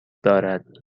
دارد